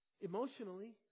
emotionally